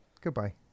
Goodbye